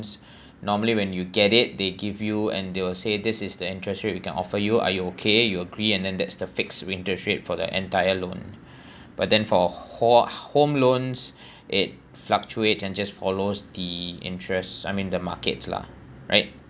normally when you get it they give you and they will say this is the interest rate we can offer you are you okay you agree and then that's the fixed interest rate for the entire loan but then for ho~ home loans it fluctuates and just follows the interest I mean the markets lah right